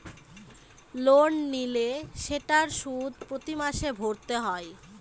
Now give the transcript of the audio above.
loan নিলে সেটার সুদ প্রতি মাসে ভরতে হয়